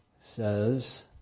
says